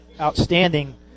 outstanding